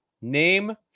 Name